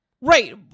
right